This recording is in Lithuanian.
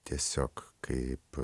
tiesiog kaip